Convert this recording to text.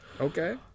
Okay